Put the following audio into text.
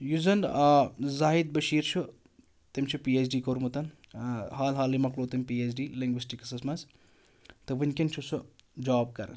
یُس زَن زاہِد بشیٖر چھُ تٔمۍ چھُ پی اٮ۪چ ڈی کوٚرمُت حال حالٕے مکلوو تٔمۍ پی اٮ۪چ ڈی لِنٛگوِسٹِکسَس منٛز تہٕ وٕنۍکٮ۪ن چھِ سُہ جاب کران